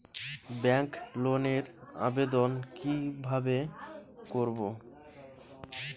Bank লোনের আবেদন কি কিভাবে করব?